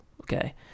Okay